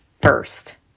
first